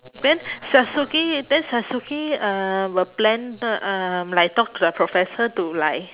then sasuke then sasuke uh will plan the um like talk to the professor to like